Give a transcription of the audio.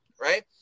Right